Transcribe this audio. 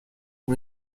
اون